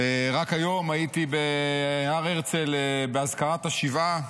רק היום הייתי בהר הרצל באזכרת השבעה